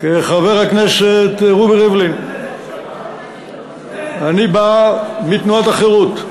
חבר הכנסת רובי ריבלין, אני בא מתנועת החרות,